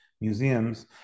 museums